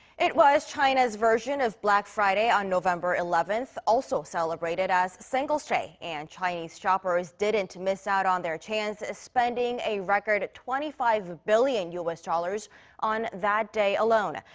it was china's version of black friday on november eleventh. also celebrated as singles' day. and chinese shoppers didn't miss out on their chance spending a record twenty five billion u s. dollars on that day alone.